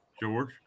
George